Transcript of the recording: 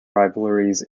rivalries